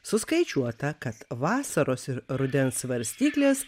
suskaičiuota kad vasaros ir rudens svarstyklės